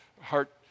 heart